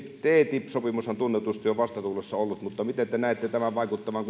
ttip sopimushan tunnetusti on vastatuulessa ollut miten te näette tämän vaikuttavan